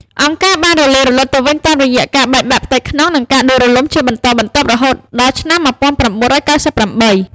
«អង្គការ» បានរលាយរលត់ទៅវិញតាមរយៈការបែកបាក់ផ្ទៃក្នុង និងការដួលរំលំជាបន្តបន្ទាប់រហូតដល់ឆ្នាំ១៩៩៨។